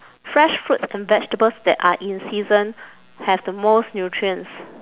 fresh fruits and vegetables that are in season have the most nutrients